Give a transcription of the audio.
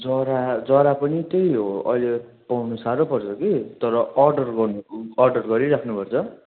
जरा जरा पनि त्यही हो अहिले पाउनु साह्रो पर्छ कि तर अर्डर गर्नु अर्डर गरिराख्नु पर्छ